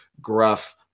gruff